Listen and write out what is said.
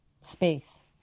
space